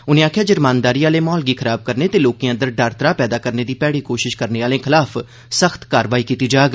उने आखेआ जे रमानदारी आहले म्हौल गी खराब करने ते लोके अंदर डर त्राह पैदा करने दी भैड़ी कोशश करने आहलें खलाफ सख्त कार्रवाई कीती जाग